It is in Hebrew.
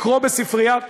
לקרוא בספרייה,